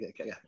Okay